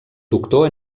doctor